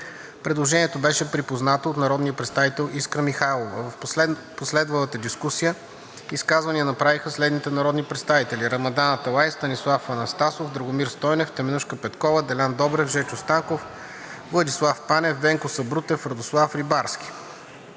Предложението беше припознато от народния представител Искра Михайлова. В последвалата дискусия изказвания направиха следните народни представители: Рамадан Аталай, Станислав Анастасов, Драгомир Стойнев, Теменужка Петкова, Делян Добрев, Жечо Станков, Владислав Панев, Венко Сабрутев, Радослав Рибарски.